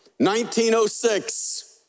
1906